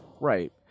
Right